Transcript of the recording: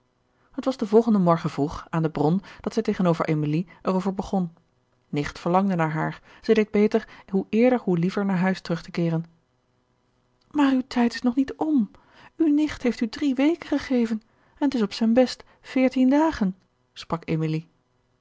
het was den volgenden morgen vroeg aan de bron dat zij tegenover emilie er over begon nicht verlangde naar haar zij deed beter hoe eerder hoe liever naar huis terug te keeren maar uw tijd is nog niet om uw nicht heeft u drie weken gegeven en t is op zijn best veertien dagen sprak emilie